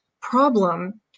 problem